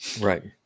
Right